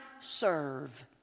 serve